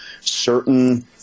certain